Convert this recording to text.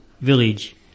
village